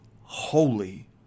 holy